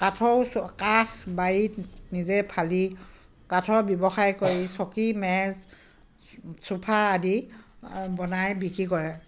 কাঠৰো কাঠ বাৰীত নিজে ফালি কাঠৰ ব্যৱসায় কৰি চকী মেজ চোফা আদি বনাই বিক্ৰী কৰে